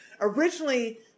originally